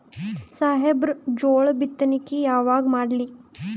ಸಾಹೇಬರ ಜೋಳ ಬಿತ್ತಣಿಕಿ ಯಾವಾಗ ಮಾಡ್ಲಿ?